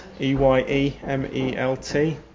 E-Y-E-M-E-L-T